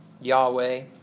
Yahweh